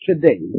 today